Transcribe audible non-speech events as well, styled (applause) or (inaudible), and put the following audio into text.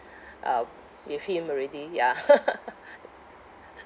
uh with him already ya (laughs)